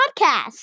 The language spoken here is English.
podcast